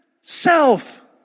self